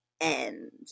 end